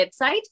website